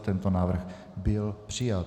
Tento návrh byl přijat.